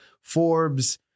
Forbes